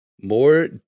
More